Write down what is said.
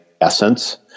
essence